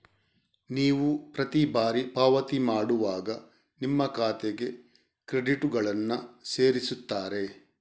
ನೀವು ಪ್ರತಿ ಬಾರಿ ಪಾವತಿ ಮಾಡುವಾಗ ನಿಮ್ಮ ಖಾತೆಗೆ ಕ್ರೆಡಿಟುಗಳನ್ನ ಸೇರಿಸ್ತಾರೆ